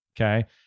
Okay